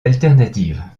alternative